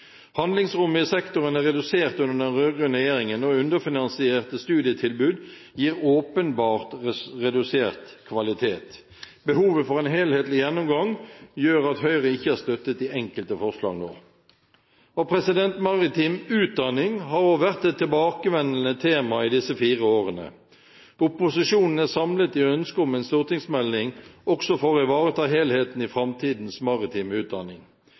Handlingsrommet i sektoren er redusert under den rød-grønne regjeringen, og underfinansierte studietilbud gir åpenbart redusert kvalitet. Behovet for en helhetlig gjennomgang gjør at Høyre ikke støtter de enkelte forslagene nå. Maritim utdanning har òg vært et tilbakevendende tema i disse fire årene. Opposisjonen er samlet i ønsket om en stortingsmelding, også for å ivareta helheten i framtidens maritime utdanning.